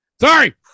Sorry